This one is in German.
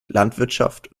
landwirtschaft